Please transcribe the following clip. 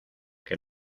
que